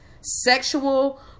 sexual